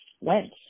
went